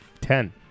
ten